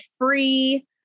free